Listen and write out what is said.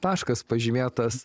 taškas pažymėtas